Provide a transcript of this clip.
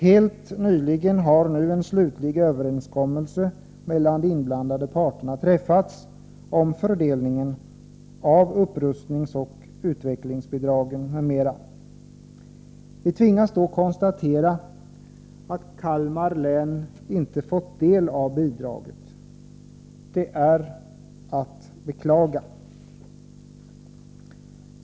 Helt nyligen har de inblandade parterna träffat en slutlig överenskommelse om fördelningen av upprustningsoch utvecklingsbidraget m.m. Vi tvingas konstatera att Kalmar län inte fått del av bidraget, vilket är att beklaga.